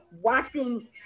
watching